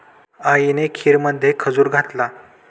आईने खीरमध्ये खजूर घातला